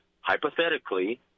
hypothetically